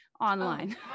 online